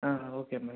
ಹಾಂ okay ma'am